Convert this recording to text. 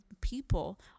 people